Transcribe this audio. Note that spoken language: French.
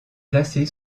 placée